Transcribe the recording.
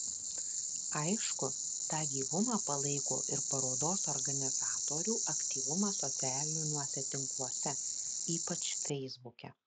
aišku tą gyvumą palaiko ir parodos organizatorių aktyvumas socialiniuose tinkluose ypač feisbuke